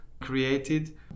created